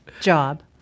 job